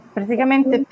Praticamente